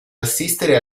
assistere